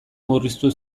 murriztu